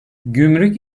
gümrük